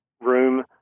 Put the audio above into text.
room